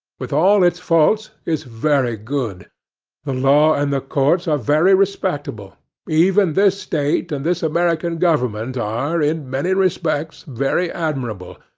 with all its faults, is very good the law and the courts are very respectable even this state and this american government are, in many respects, very admirable,